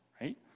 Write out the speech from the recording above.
right